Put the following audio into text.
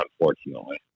unfortunately